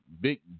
big